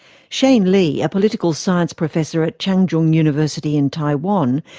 shane lee, a political science professor at chang jung university in taiwan,